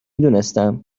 دونستم